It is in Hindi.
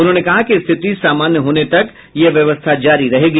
उन्होंने कहा कि स्थिति सामान्य होने तक यह व्यवस्था जारी रहेगी